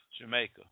Jamaica